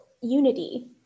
unity